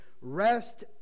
Rest